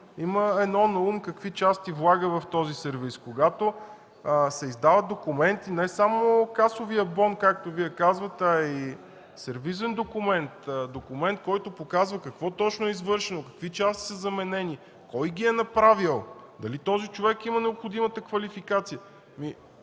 има едно на ум какви части влага в този сервиз, когато се издават документи, а не само касов бон, както Вие казвате, а и сервизен документ – документ, който показва какво точно е извършено, какви части са заменени, кой ги е направил, дали този човек има необходимата квалификация.